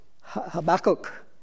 Habakkuk